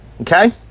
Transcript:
Okay